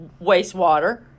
wastewater